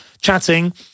chatting